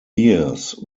years